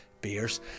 beers